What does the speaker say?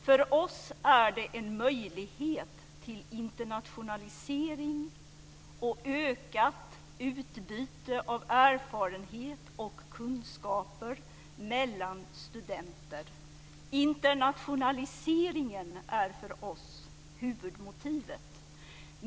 För oss handlar det om en möjlighet till internationalisering och ökat utbyte av erfarenheter och kunskaper mellan studenter. Internationaliseringen är huvudmotivet för oss.